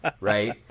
Right